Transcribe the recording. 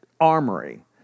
armory